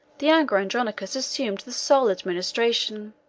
the younger andronicus assumed the sole administration